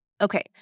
Okay